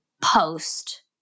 post